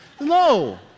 No